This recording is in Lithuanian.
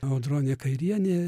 audronė kairienė